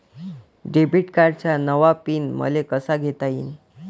Debit कार्डचा नवा PIN मले कसा घेता येईन?